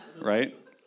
right